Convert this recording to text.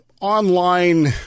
online